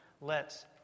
lets